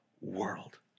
world